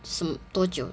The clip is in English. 什么多久